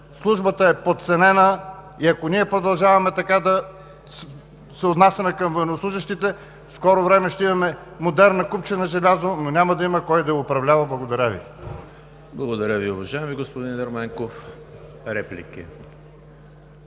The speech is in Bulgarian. службата е подценена и ако ние продължаваме така да се отнасяме към военнослужещите, в скоро време ще имаме модерна купчина желязо, но няма да има кой да я управлява. Благодаря Ви. ПРЕДСЕДАТЕЛ ЕМИЛ ХРИСТОВ: Благодаря Ви, уважаеми господин Ерменков. Реплики?